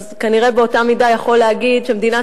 אז כנראה באותה מידה יכול להגיד שמדינת